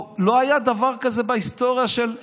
לא היה דבר כזה בהיסטוריה של האנושות.